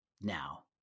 now